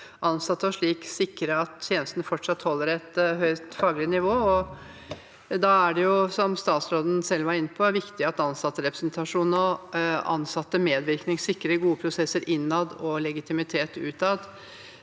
ansatte og slik sikre at tjenesten fortsatt holder et høyt faglig nivå. Da er det, som utenriksministeren selv var inne på, viktig at ansatterepresentasjon og ansattmedvirkning sikrer gode prosesser innad og legitimitet utad,